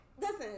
Listen